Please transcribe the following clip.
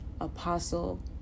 Apostle